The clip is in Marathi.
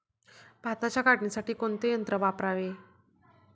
भाताच्या काढणीसाठी कोणते यंत्र वापरावे?